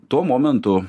tuo momentu